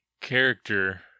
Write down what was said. character